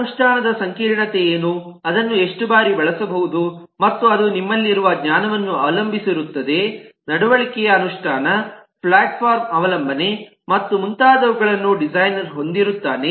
ಅದರ ಅನುಷ್ಠಾನದ ಸಂಕೀರ್ಣತೆ ಏನು ಅದನ್ನು ಎಷ್ಟು ಬಾರಿ ಬಳಸಬಹುದು ಮತ್ತು ಅದು ನಿಮ್ಮಲ್ಲಿರುವ ಜ್ಞಾನವನ್ನು ಅವಲಂಬಿಸಿರುತ್ತದೆ ನಡವಳಿಕೆಯ ಅನುಷ್ಠಾನ ಪ್ಲಾಟ್ಫಾರ್ಮ್ ಅವಲಂಬನೆ ಮತ್ತು ಮುಂತಾದವುಗಳನ್ನು ಡಿಸೈನರ್ ಹೊಂದಿರುತ್ತಾನೆ